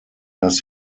das